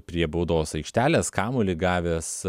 prie baudos aikštelės kamuolį gavęs